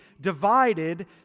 divided